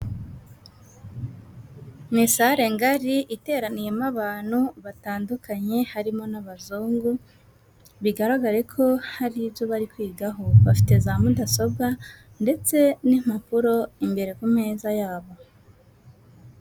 Ni sare ngari iteraniyemo abantu batandukanye harimo n'abazungu, bigaragare ko hari ibyo bari kwigaho, bafite za mudasobwa ndetse n'impapuro imbere ku meza yabo.